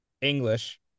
English